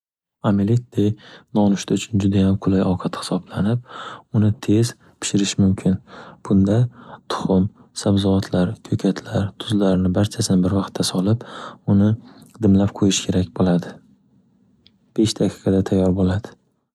Amlette nonushda uchun juda ham qulay ovqat hisoblanib, uni tez pishirish mumkin, bunda tuxum, sabzavotlar, ko'katlar, tuzlarni barchasini bir vaqtda solib, uni dimlab qo'yish kerak bo'ladi. Besh daqiqada tayyor bo'ladi.